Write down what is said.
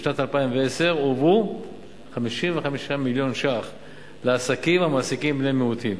בשנת 2010 הועברו 55 מיליון שקלים לעסקים המעסיקים בני-מיעוטים.